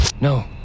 No